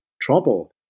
trouble